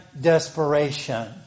desperation